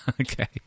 Okay